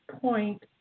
point